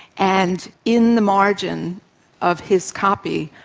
and in the margin of his copy,